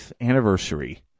anniversary